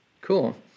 cool